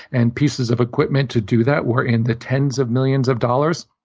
and pieces of equipment to do that were in the tens of millions of dollars,